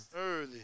Early